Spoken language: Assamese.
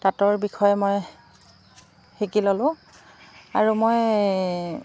তাঁতৰ বিষয়ে মই শিকি ল'লোঁ আৰু মই